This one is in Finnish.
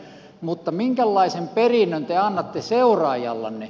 mutta minkälaisen perinnön te annatte seuraajallenne